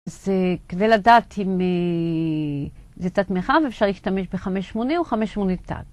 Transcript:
אז כדי לדעת אם זו תתמיכה ואפשר להשתמש בחמש שמונה או חמש שמונה תג.